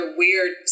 weird